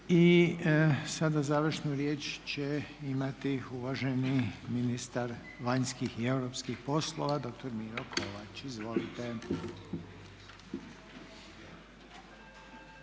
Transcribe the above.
I sada završnu riječ će imati uvaženi ministar vanjskih i europskih poslova dr. Miro Kovač. Izvolite,.